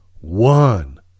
One